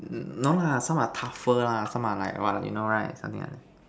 mm no lah some are tougher lah some are like what you know right something like that